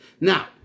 now